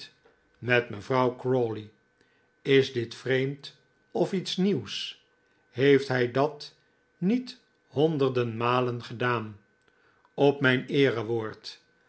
met mevrouw crawley is dit vreemd of iets nieuws heeft hij dat niet honderden malen gedaan op mijn